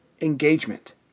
engagement